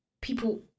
people